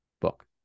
book